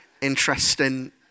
interesting